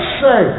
say